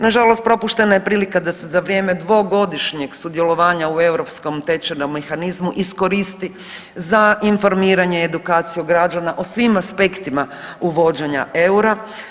Nažalost propuštena je prilika da se za vrijeme dvogodišnjeg sudjelovanja u europskom tečajnom mehanizmu iskoristi za informiranje i edukaciju građana o svim aspektima uvođena eura.